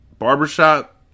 Barbershop